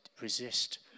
resist